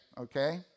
okay